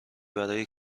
برای